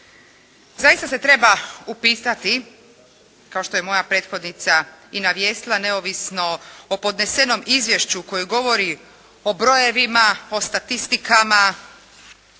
Zaista se treba upitati kao što je moja prethodnica i navijestila, neovisno o podnesenom izvješću koje govori o brojevima, o statistikama